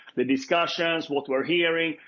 the discussions, what we're hearing,